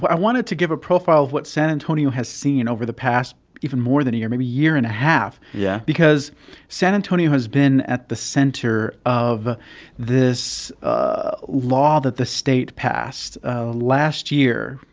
i wanted to give a profile of what san antonio has seen over the past even more than a year, maybe year and a half. yeah. because san antonio has been at the center of this ah law that the state passed last year,